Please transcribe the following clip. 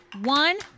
one